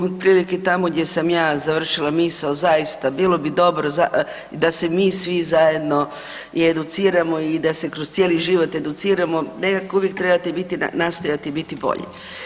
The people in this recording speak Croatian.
Otprilike tamo gdje sam ja završila misao zaista bilo bi dobro da se mi svi zajedno i educiramo i da se kroz cijeli život educiramo, nekako uvijek trebate biti, nastojati biti bolji.